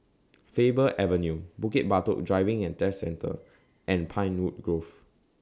Faber Avenue Bukit Batok Driving and Test Centre and Pinewood Grove